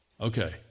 Okay